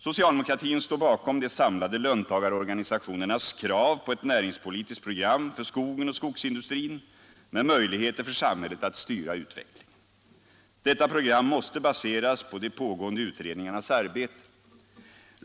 Socialdemokratin står bakom de samlade löntagarorganisationernas krav på ett näringspolitiskt program för skogen och skogsindustrin med möjligheter för samhället att styra utvecklingen. Detta program måste baseras på de pågående utredningarnas arbete.